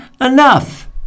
enough